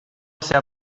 sea